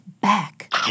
back